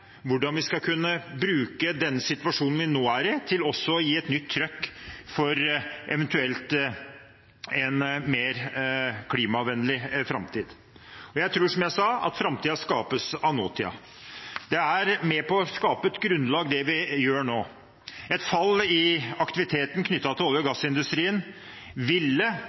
hvordan vi skal kunne bruke den situasjonen vi nå er i, til eventuelt å gi et nytt trykk for en mer klimavennlig framtid. Jeg tror som jeg sa, at framtiden skapes av nåtiden. Det vi gjør nå, er med på å skape et grunnlag. Et fall i aktiviteten knyttet til olje- og gassindustrien ville